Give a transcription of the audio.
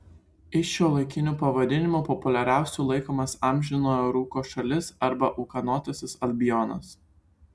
iš šiuolaikinių pavadinimų populiariausiu laikomas amžino rūko šalis arba ūkanotasis albionas